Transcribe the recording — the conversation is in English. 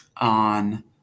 on